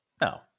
No